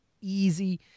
easy